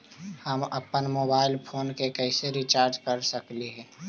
हम अप्पन mobile phone के कैसे रिचार्ज कर सकली हे?